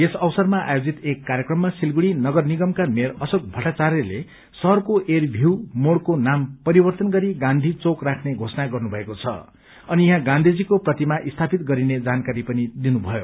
यस अवसरमा आयोजित एक कार्यक्रममा सिलगढ़ी नगरनिगमका मेयर अशोक भट्टाचार्यले शहरको एयरम्यू मोड़को नाम परिवर्तन गरी गाँधी चौक राख्ने घोषणा गर्नुमएको छ अनि यहाँ गाँधीजीको प्रतिमा स्थापित गरिने जानकारी पनि दिनुभयो